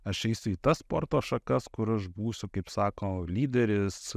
aš eisiu į tas sporto šakas kur aš būsiu kaip sako lyderis